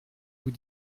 vous